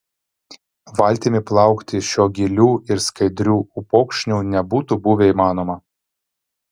valtimi plaukti šiuo giliu ir skaidriu upokšniu nebūtų buvę įmanoma